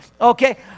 Okay